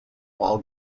while